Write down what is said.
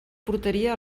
portaria